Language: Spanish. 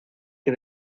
que